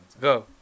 Go